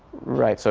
right, so